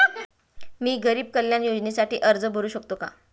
मी गरीब कल्याण योजनेसाठी अर्ज भरू शकतो का?